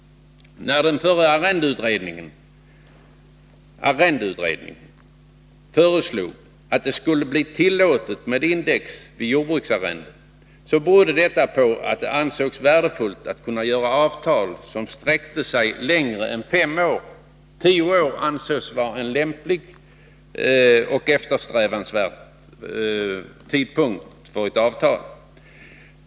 När den förra arrendeutredningen föreslog att det skulle bli tillåtet med index vid jordbruksarrende berodde detta på att det ansågs värdefullt att kunna göra avtal som sträckte sig längre än fem år. Tio år ansågs vara en lämplig och eftersträvansvärd tidsperiod för ett avtal.